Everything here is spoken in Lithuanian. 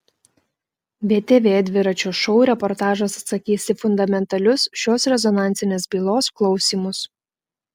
btv dviračio šou reportažas atsakys į fundamentalius šios rezonansinės bylos klausymus